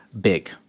big